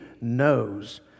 knows